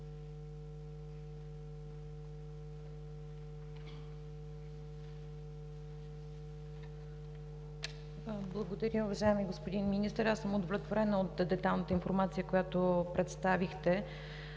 Благодаря. Уважаеми господин Министър, аз съм удовлетворена от детайлната информация, която представихте,